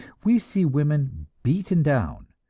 we see women beaten down,